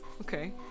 Okay